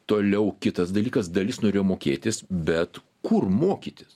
toliau kitas dalykas dalis norėjo mokėtis bet kur mokytis